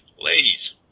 ladies